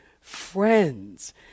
friends